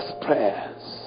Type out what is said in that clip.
prayers